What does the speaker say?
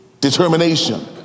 Determination